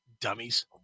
dummies